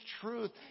truth